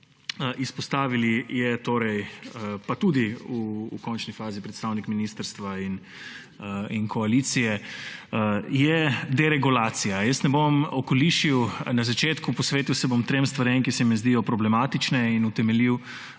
izpostavili, pa tudi v končni fazi predstavniki ministrstva in koalicije, je deregulacija. Ne bom okolišil, na začetku se bom posvetil trem stvarem, ki se mi zdijo problematične, in utemeljil